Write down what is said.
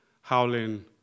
howling